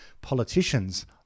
Politicians